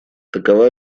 такова